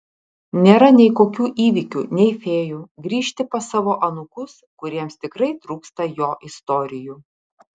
nėra nei kokių įvykių nei fėjų grįžti pas savo anūkus kuriems tikrai trūksta jo istorijų